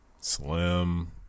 Slim